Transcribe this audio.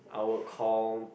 I would call